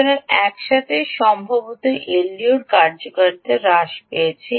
সুতরাং একসাথে সম্ভবত এলডিওর কার্যকারিতা হ্রাস পেয়েছে